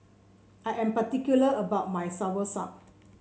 I am particular about my soursop